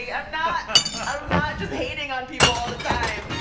i'm not ah not just hating on people all the time